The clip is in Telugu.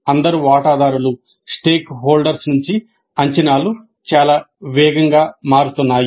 అందరూ వాటాదారుల నుండి అంచనాలు చాలా వేగంగా మారుతున్నాయి